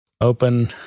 Open